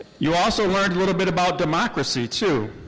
you also learned a little bit about democracy too.